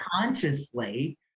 consciously